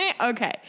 Okay